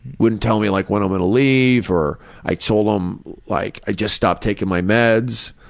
wouldn't tell me like when i'm gonna leave, or i told him like, i just stopped taking my meds.